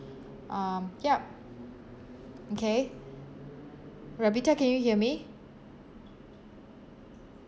um yup okay ravita can you hear me